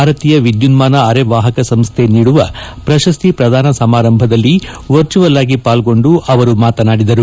ಭಾರತೀಯ ವಿದ್ಯುನ್ನಾನ ಅರೆವಾಹಕ ಸಂಸ್ಥೆ ನೀಡುವ ಪ್ರಶಸ್ತಿ ಪ್ರದಾನ ಸಮಾರಂಭದಲ್ಲಿ ವರ್ಚುಯಲ್ ಆಗಿ ಪಾಲ್ಗೊಂಡು ಅವರು ಮಾತನಾಡಿದರು